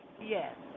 Yes